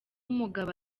umugabo